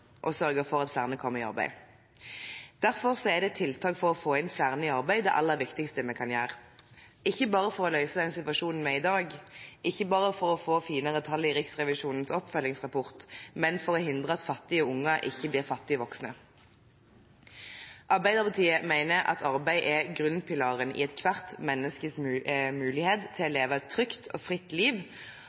å sørge for at flere kommer i arbeid. Derfor er det tiltak for å få flere i arbeid som er det aller viktigste – ikke bare for å løse den situasjonen vi har i dag, ikke bare for å få finere tall i Riksrevisjonens oppfølgingsrapport, men for å hindre at fattige barn også blir fattige voksne. Arbeiderpartiet mener at arbeid er grunnpilaren i ethvert menneskes mulighet til å leve et trygt og fritt liv,